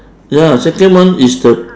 ya second one is the